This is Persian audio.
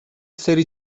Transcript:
سری